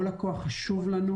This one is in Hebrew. כל לקוח חשוב לנו.